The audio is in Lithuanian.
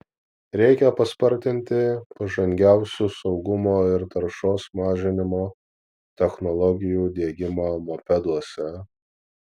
reikia paspartinti pažangiausių saugumo ir taršos mažinimo technologijų diegimą mopeduose